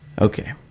okay